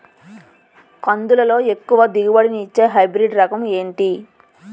కందుల లో ఎక్కువ దిగుబడి ని ఇచ్చే హైబ్రిడ్ రకం ఏంటి?